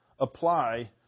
apply